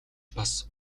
бас